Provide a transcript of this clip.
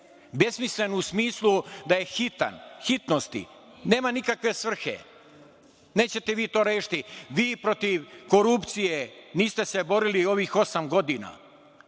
Besmislen u smislu da je hitan, hitnosti, nema nikakve svrhe. Nećete vi to rešiti. Protiv korupcije niste se borili ovih osam godina.